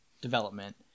development